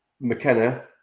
McKenna